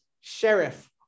Sheriff